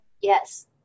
Yes